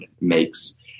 makes